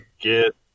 get